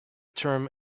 term